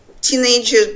teenager